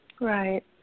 Right